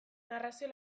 narrazio